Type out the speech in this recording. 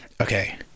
Okay